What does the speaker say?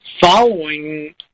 following